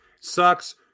Sucks